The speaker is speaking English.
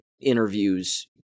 interviews